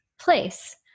place